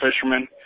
fishermen